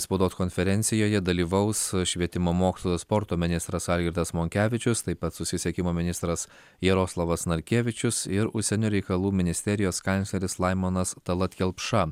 spaudos konferencijoje dalyvaus švietimo mokslo ir sporto ministras algirdas monkevičius taip pat susisiekimo ministras jaroslavas narkevičius ir užsienio reikalų ministerijos kancleris laimonas talat kelpša